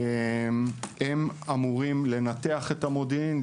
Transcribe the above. היא אמורה לנתח את המודיעין,